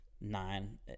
nine